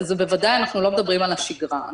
אנחנו בוודאי לא מדברים על השגרה.